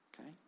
okay